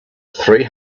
three